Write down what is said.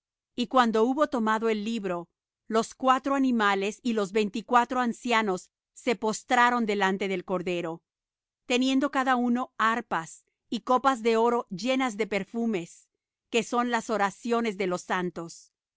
y cuando hubo tomado el libro los cuatro animales y los veinticuatro ancianos se postraron delante del cordero teniendo cada uno arpas y copas de oro llenas de perfumes que son las oraciones de los santos